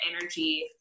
energy